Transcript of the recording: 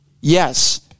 Yes